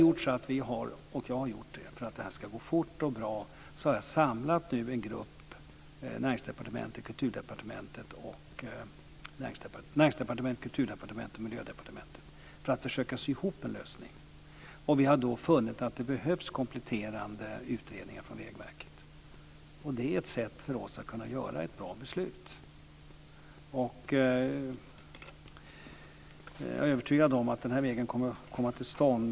Jag har för att detta ska gå fort och bra samlat en grupp, Näringsdepartementet, Kulturdepartementet och Miljödepartementet, för att försöka sy ihop en lösning. Vi har då funnit att det behövs kompletterande utredningar från Vägverket. Det är ett sätt för oss att kunna fatta ett bra beslut. Jag är övertygad om att vägen kommer att komma till stånd.